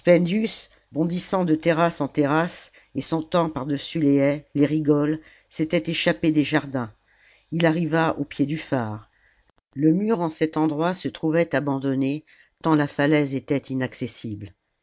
bondissant de terrasse en terrasse et sautant par-dessus les haies les rigoles s'était échappé des jardins h arriva au pied du phare le mur en cet endroit se trouvait abandonné tant la falaise était inaccessible